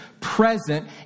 present